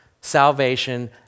salvation